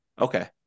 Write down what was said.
Okay